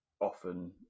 often